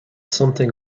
something